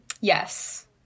Yes